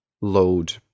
load